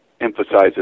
emphasizes